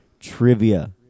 trivia